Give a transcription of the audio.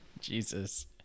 Jesus